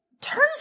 turns